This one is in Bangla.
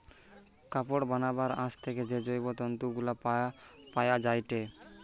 কাপড় বানাবার আঁশ থেকে যে জৈব তন্তু গুলা পায়া যায়টে